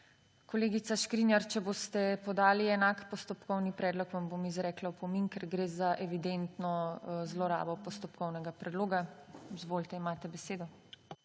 Kolegica Škrinjar, če boste podali enak postopkovni predlog, vam bom izrekla opomin, ker gre za evidentno zlorabo postopkovnega predloga. Izvolite, imate besedo.